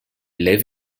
live